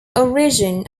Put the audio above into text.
origin